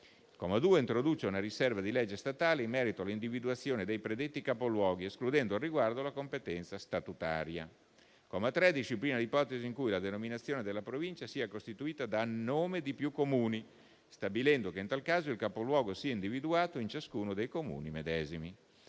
comma 2 introduce una riserva di legge statale in merito all'individuazione dei predetti capoluoghi, escludendo al riguardo la competenza statutaria. Il comma 3 disciplina l'ipotesi in cui la denominazione della Provincia sia costituita da nome di più Comuni, stabilendo che, in tal caso, il capoluogo sia individuato in ciascuno dei Comuni medesimi.